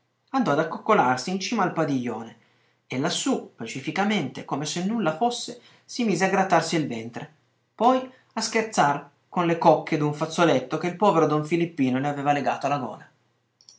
andò ad accoccolarsi in cima al padiglione e lassù pacificamente come se nulla fosse si mise a grattarsi il ventre poi a scherzar con le cocche d'un fazzoletto che il povero don filippino le aveva legato alla gola